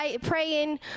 praying